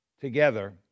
together